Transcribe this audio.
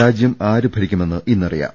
രാജ്യം ആര് ഭരിക്കുമെന്ന് ഇന്നറിയാം